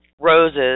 Roses